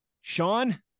Sean